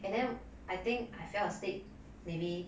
and then I think I fell asleep maybe